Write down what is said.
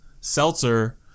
seltzer